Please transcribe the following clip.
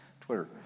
Twitter